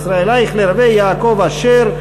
ישראל אייכלר ויעקב אשר,